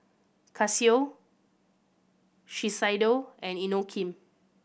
Casio Shiseido and Inokim